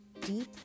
deep